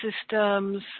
systems